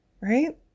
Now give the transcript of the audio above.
Right